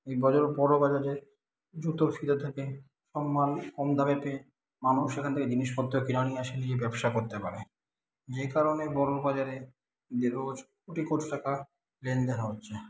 এই বাজারে বড়বাজারে জুতো সিলে থাকে সব মাল কম দামেতে মানুষ সেখান থেকে জিনিসপত্র কিনা নিয়ে এসে নিয়ে ব্যবসা করতে পারে যে কারণে বড়বাজারে দে রোজ কোটি কোটি টাকা লেনদেন হচ্ছে